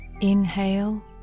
inhale